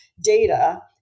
data